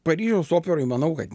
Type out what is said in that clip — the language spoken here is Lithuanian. paryžiaus operoj manau kad